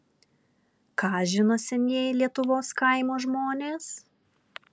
ką žino senieji lietuvos kaimo žmonės